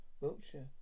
Wiltshire